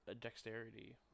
dexterity